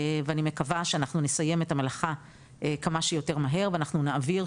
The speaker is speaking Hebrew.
ואני מקווה שאנחנו נסיים את המלאכה כמה שיותר מהר ואנחנו נעביר,